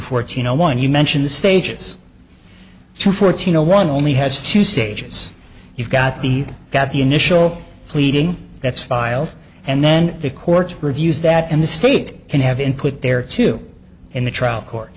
fourteen zero one you mention the stages two fourteen zero one only has two stages you've got the got the initial pleading that's filed and then the court reviews that and the state can have input there too in the trial court